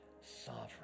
Sovereign